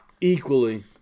equally